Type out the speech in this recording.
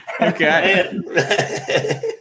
Okay